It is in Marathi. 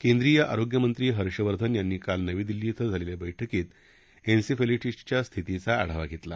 केंद्रीय आरोग्यमंत्री हर्षवर्धन यांनी काल नवी दिल्ली ध्वें झालेल्या बैठकीत एन्सीफेलिटीसच्या स्थितीचा आढावा घेतला